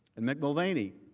and mick mulvaney